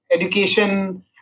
education